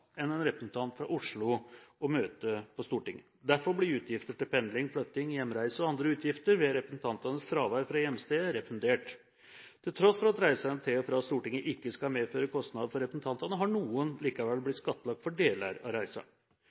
enn en representant fra Oslo å møte på Stortinget. Derfor blir utgifter til pendling, flytting, hjemreiser og andre utgifter ved representantenes fravær fra hjemstedet refundert. Til tross for at reisene til og fra Stortinget ikke skal medføre kostnader for representantene, har noen likevel blitt skattlagt for deler av